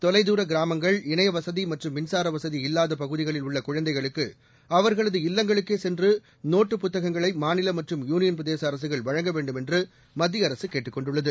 தொலைதூர கிராமங்கள் இணையவசதி மற்றும் மின்சார வசதி இல்லாத பகுதிகளில் உள்ள குழந்தைகளுக்கு அவர்களது இல்லங்களுக்கே சென்று நோட்டுப் புத்தகங்களை மாநில மற்றும் யூனியன் பிரதேச அரசுகள் வழங்க வேண்டும் என்று மத்திய அரசு கேட்டுக் கொண்டுள்ளது